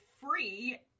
free